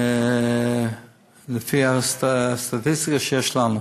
לפי הסטטיסטיקה שיש לנו.